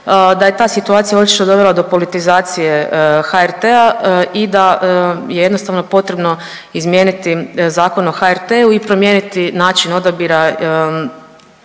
da je ta situacija očito dovela do politizacije HRT-a i da je jednostavno potrebno izmijeniti Zakon o HRT-u i promijeniti način odabira